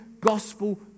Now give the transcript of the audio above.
gospel